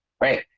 Right